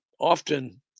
Often